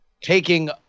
taking